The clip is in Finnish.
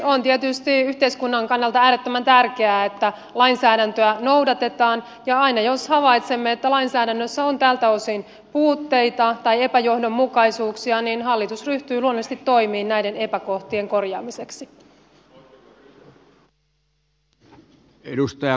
on tietysti yhteiskunnan kannalta äärettömän tärkeää että lainsäädäntöä noudatetaan ja aina jos havaitsemme että lainsäädännössä on tältä osin puutteita tai epäjohdonmukaisuuksia hallitus ryhtyy luonnollisesti toimiin näiden epäkohtien korjaamiseksi